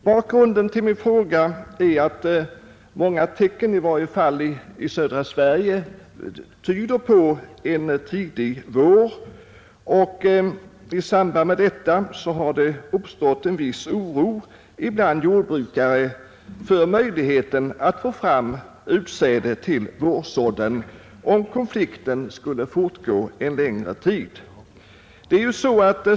Bakgrunden till min fråga är att många tecken tyder på en tidig vår, i varje fall i södra Sverige, och det har skapat en viss oro bland jordbrukarna när det gäller möjligheterna att få fram utsäde till vårsådden, om konflikten skulle fortgå en längre tid.